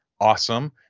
Awesome